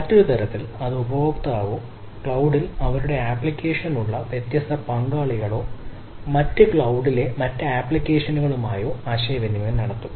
മറ്റൊരു തരത്തിൽ ഇത് ഉപഭോക്താവോ ക്ലൌഡിൽ അവരുടെ ആപ്ലിക്കേഷൻ ഉള്ള വ്യത്യസ്ത പങ്കാളികളോ മറ്റ് ക്ലൌഡിലെ മറ്റ് ആപ്ലിക്കേഷനുകളുമായോ ആശയവിനിമയം നടത്തും